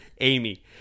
amy